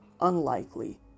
unlikely